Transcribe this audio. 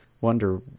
wonder